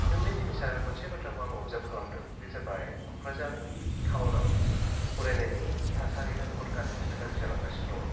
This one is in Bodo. खिन्थु मेन जिनिसा मोनसे बाथ्राखौ आं अबजार्भ खालामदों बे जाबाय क'क्राझार थाउनाव फरायनायनि थासारिया बुहुत गाज्रिनिफ्राय गाज्रि जालांगासिनो दङ